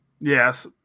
Yes